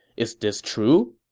is this true?